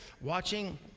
watching